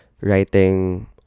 writing